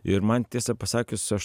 ir man tiesą pasakius aš